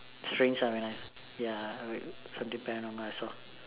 strange lah I realize ya I so depend on myself